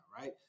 right